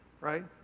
Right